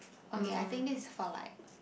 okay I think this is for like